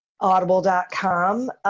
audible.com